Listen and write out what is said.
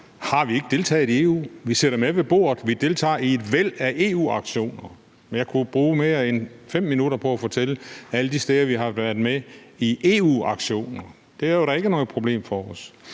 Har vi ikke deltaget i EU-sammenhæng? Vi sidder med ved bordet, vi deltager i et væld af EU-aktioner – jeg kunne bruge mere end 5 minutter på at nævne alle de steder, hvor vi har været med i EU-aktioner. Det er da ikke noget problem for os.